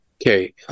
Okay